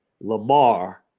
Lamar